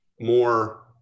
more